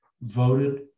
voted